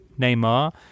Neymar